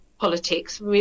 politics